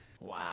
Wow